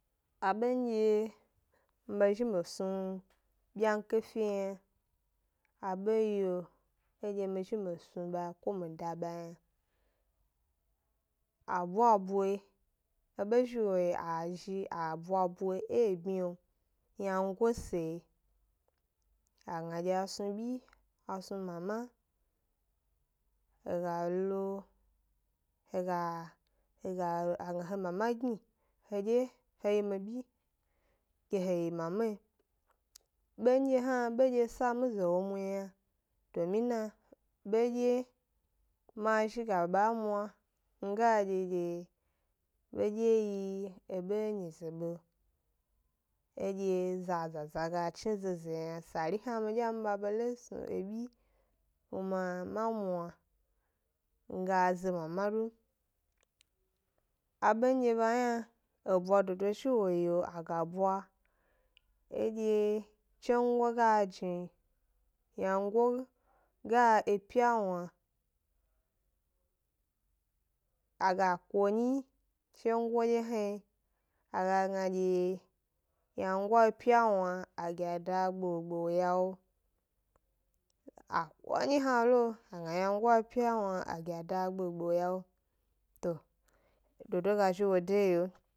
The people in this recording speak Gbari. Aɓnɗye mi be zhi mi snu ɓyiyanke fe yna, aɓe yi lo nɗye mi ɓe mi snu ɓa ko mi da ɓa yna, a bwabwe eɓe zhi wo yi lo a zhi bwabwe zhi e ebmyi lo wyango sa yi, agna ɗye a snu ɓyi, a snu mama, he ga lo he ga he ga a gna he mama gn. i heɗye he yi mi ʻɓyi ke he yi mama yi ɓeɗye hna ɓe ɗye hna ɓe ɗye sa mi za wo mu m yna, domin ɓeɗye ma zhi ga ɓa mwa yna mi ga ɗye ɗye ɓeɗye yi eɓe é nyize ɓe eɗye zaza ga chni zeze yna, sari hna miɗye ma ɓe lo snu eɓyi kuma ma mwa, mi ga ze mama du, aɓend; dye ɓa hna ebwa dodo zhi wo yi lo aga bwa eɗye tsongo jni, wyango ga epya wna, a gi a ko ńyi tsongo ɗye hna yi, a ga gna ɗye wyango a epya wna a gi a da gbo gbo wo ya wo, a ko ńyi hna lo a gna wyango a epya wna agi ada gbo gbo wo ya wo, to dodo ga zhi wo de yi o